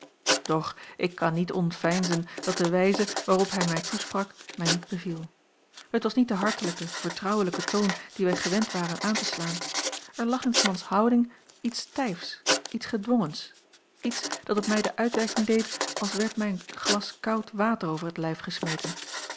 doch ik kan niet ontveinzen dat de wijze waarop hij mij toesprak mij niet beviel het was niet de hartelijke vertrouwelijke toon dien wij gewend waren aan te slaan er lag in s mans houding iets stijfs iets gedwongens iets dat op mij de uitwerking deed als werd mij een glas koud water over t lijf gesmeten